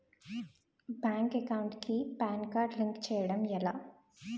Bank account కి PAN card link చేయడం ఎలా?